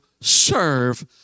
serve